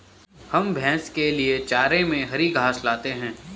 हम भैंस के लिए चारे में हरी घास लाते हैं